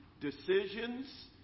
decisions